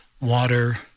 water